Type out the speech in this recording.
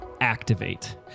Activate